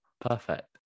perfect